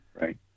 Right